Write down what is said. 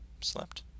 slept